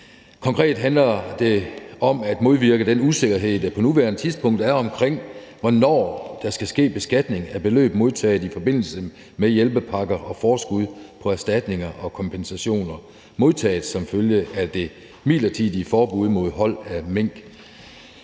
Konkret handler det om at modvirke den usikkerhed, der på nuværende tidspunkt er omkring, hvornår der skal ske beskatning af beløb modtaget i forbindelse med hjælpepakker og forskud på erstatninger og kompensationer modtaget som følge af det midlertidige forbud mod hold af mink.